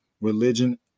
religion